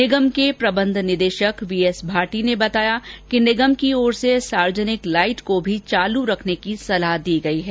निगम के प्रबंध निदेशक वी एस भाटी ने बताया कि निगम की ओर से सार्वजनिक लाइट को भी चालू रखने की सलाह दी गई है